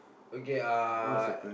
okay uh